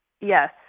Yes